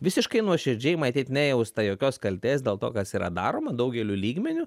visiškai nuoširdžiai matyt nejausta jokios kaltės dėl to kas yra daroma daugeliu lygmeniu